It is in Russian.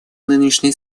нынешней